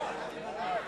אי-אמון